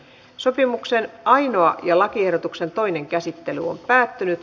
sopimuksen ainoa ja lakiehdotuksen toinen käsittely päättyi